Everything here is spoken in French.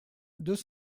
deux